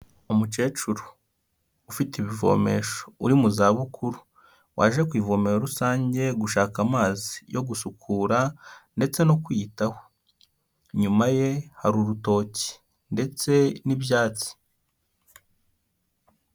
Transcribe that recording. Umucecuru ufite ibivomesho uri mu zabukuru. Waje ku ivomero rusange, gushaka amazi yo gusukura, ndetse no kwiyitaho. Inyuma ye hari urutoki ndetse n'ibyatsi.